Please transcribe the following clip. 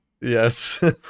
Yes